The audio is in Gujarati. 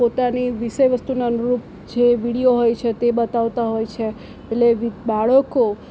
પોતાની વિષય વસ્તુને અનુરૂપ જે વિડીયો હોય છે તે બતાવતા હોય છે એટલે બાળકો